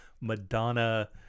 Madonna